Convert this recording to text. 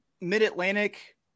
mid-atlantic